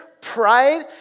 pride